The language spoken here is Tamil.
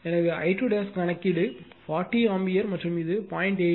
எனவே I2 கணக்கீடு 40 ஆம்பியர் மற்றும் இது 0